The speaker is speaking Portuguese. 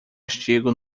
artigo